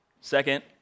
Second